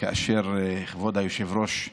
כאשר כבוד היושב-ראש,